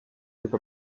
give